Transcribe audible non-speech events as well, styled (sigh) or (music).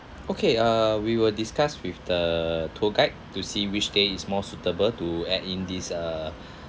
okay uh we will discuss with the tour guide to see which day is more suitable to add in this uh (breath)